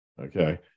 Okay